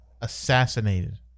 assassinated